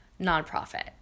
nonprofit